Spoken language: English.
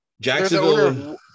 Jacksonville